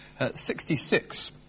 66